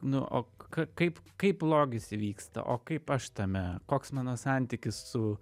nu ok ka kaip kaip blogis įvyksta o kaip aš tame koks mano santykis su